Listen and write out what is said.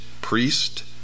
priest